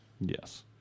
Yes